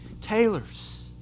tailors